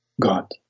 God